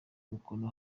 umukono